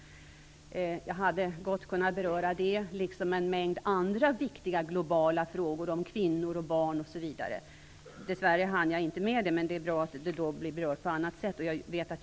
Jag hade gott kunnat beröra dessa liksom en del andra viktiga globala frågor om kvinnor och barn osv. Dess värre hann jag inte med det. Därför är det bra att frågorna berörts av andra.